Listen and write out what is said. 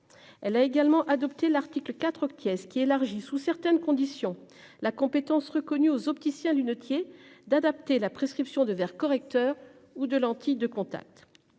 Elle a également adopté l'article IV qui est-ce qui élargit sous certaines conditions la compétence reconnue aux opticien lunetier d'adapter la prescription de verres correcteurs ou de lentilles de contact.